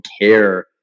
care